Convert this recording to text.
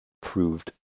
proved